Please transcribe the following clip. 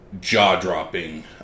jaw-dropping